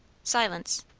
silence.